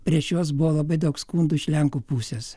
prieš juos buvo labai daug skundų iš lenkų pusės